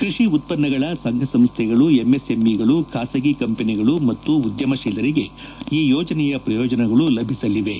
ಕೃಷಿ ಉತ್ಪನ್ನಗಳ ಸಂಘ ಸಂಸ್ವೆಗಳು ಎಂಎಸ್ಎಂಇಗಳು ಬಾಸಗಿ ಕಂಪನಿಗಳು ಮತ್ತು ಉದ್ಯಮಶೀಲರಿಗೆ ಈ ಯೋಜನೆಯ ಪ್ರಯೋಜನಗಳು ಲಭಿಸಲಿವೆ